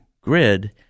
grid